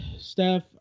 Steph